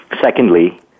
Secondly